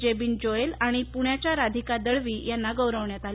जेबीन जोएल आणि पुण्याच्या राधिका दळवी यांना गौरवण्यात आलं